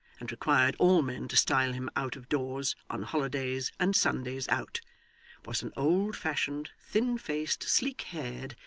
and required all men to style him out of doors, on holidays, and sundays out was an old-fashioned, thin-faced, sleek-haired,